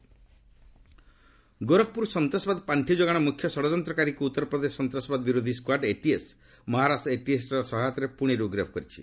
UP ATS Gorakhpur ସନ୍ତାସବାଦ ପାର୍ଷି ଯୋଗାଣର ମୁଖ୍ୟ ଷଡ଼ଯନ୍ତକାରୀକୁ ଉତ୍ତରପ୍ରଦେଶ ସନ୍ତାସବାଦ ବିରୋଧୀ ସ୍କାଡ୍ ଏଟିଏସ୍ ମହାରାଷ୍ଟ୍ର ଏଟିଏସ୍ ର ସହାୟତାରେ ପୁଣେରୁ ଗିରଫ୍ କରିଛି